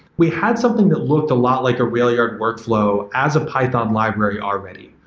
we had something that looked a lot like a railyard workflow as a python library already.